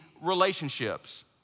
relationships